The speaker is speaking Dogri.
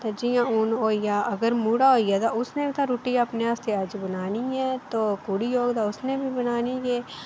जि'यां हून होई आ अगर मुड़ा होई आ तां उस नै बी तां अपने आस्तै अज्ज बनानी ऐ भाएं ओह् कुड़ी ऐ तां उसनै बी बनानी गै